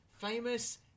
famous